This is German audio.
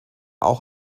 auch